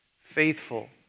faithful